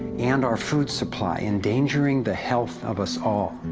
and our food supply, endangering the health of us all.